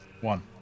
One